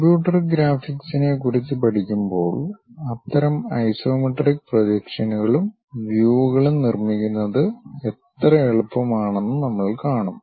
computer ഗ്രാഫിക്സിനെക്കുറിച്ച് പഠിക്കുമ്പോൾ അത്തരം ഐസോമെട്രിക് പ്രൊജക്ഷനുകളും വ്യുകളും നിർമ്മിക്കുന്നത് എത്ര എളുപ്പമാണെന്ന് നമ്മൾ കാണും